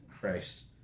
Christ